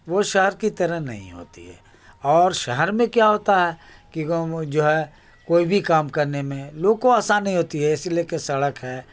وہ شہر کی طرح نہیں ہوتی ہے اور شہر میں کیا ہوتا ہے کہ گاؤں میں جو ہے کوئی بھی کام کرنے میں لوگ کو آسانی ہوتی ہے اسی لیے کہ سڑک ہے